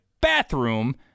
bathroom